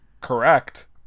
correct